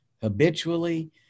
habitually